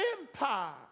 empire